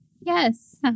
yes